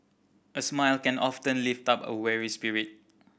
a smile can often lift up a weary spirit